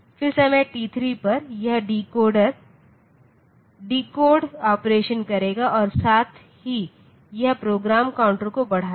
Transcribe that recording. फिर समय t3 पर यह डिकोड ऑपरेशन करेगा और साथ ही यह प्रोग्राम काउंटर को बढ़ाएगा